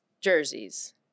jerseys